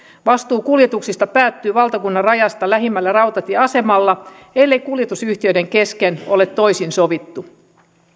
vastuu kuljetuksista päättyy valtakunnanrajasta lähimmällä rautatieasemalla ellei kuljetusyhtiöiden kesken ole toisin sovittu